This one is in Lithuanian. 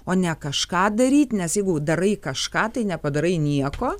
o ne kažką daryt nes jeigu darai kažką tai nepadarai nieko